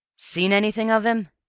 seen anything of him?